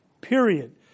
Period